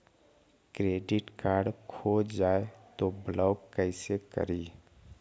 Credit card खो जाए तो ब्लॉक कैसे करी?